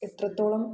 എത്രത്തോളം